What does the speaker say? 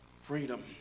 Freedom